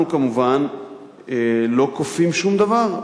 אנחנו כמובן לא כופים שום דבר,